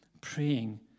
praying